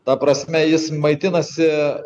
ta prasme jis maitinasi